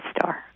star